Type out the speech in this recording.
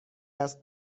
است